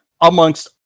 Amongst